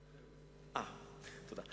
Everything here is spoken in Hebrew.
תודה.